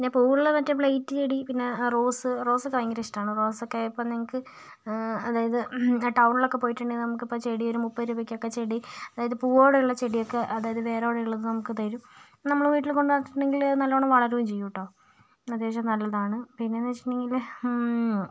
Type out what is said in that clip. പിന്നേ പൂവുള്ള മറ്റേ പ്ലേറ്റ് ചെടി പിന്നേ റോസ് റോസൊക്കേ ഭയങ്കര ഇഷ്ടമാണ് റോസൊക്കേ ഇപ്പോൾ നിങ്ങൾക്ക് അതായത് ടൗണിലൊക്കേ പോയിട്ടുണ്ടെങ്കിൽ നമുക്കിപ്പോൾ ചെടി ഒരു മുപ്പത് രൂപക്കൊക്കേ ചെടി അതായത് പൂവോടെ ഉള്ള ചെടി ഒക്കേ അതായത് വേരോടെ ഉള്ളത് നമുക്ക് തരും നമ്മൾ വീട്ടിൽ കൊണ്ട് നട്ടിട്ടുണ്ടെങ്കിൽ നല്ലവണ്ണം വളരും ചെയ്യും കേട്ടോ അത്യാവശ്യം നല്ലതാണു പിന്നെയെന്നു വെച്ചിട്ടുണ്ടെങ്കിൽ